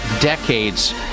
decades